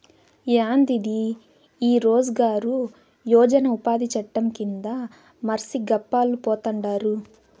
యాందిది ఈ రోజ్ గార్ యోజన ఉపాది చట్టం కింద మర్సి గప్పాలు పోతండారు